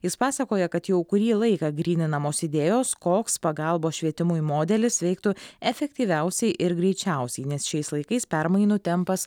jis pasakoja kad jau kurį laiką gryninamos idėjos koks pagalbos švietimui modelis veiktų efektyviausiai ir greičiausiai nes šiais laikais permainų tempas